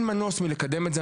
אין מנוס מלקדם את זה,